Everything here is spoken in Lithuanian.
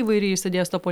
įvairiai išsidėsto po